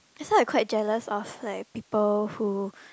that's why I quite jealous of like people who